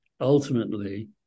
ultimately